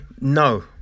No